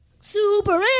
Super